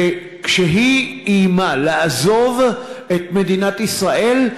וכשהיא איימה לעזוב את מדינת ישראל,